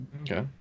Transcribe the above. Okay